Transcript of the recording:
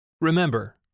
Remember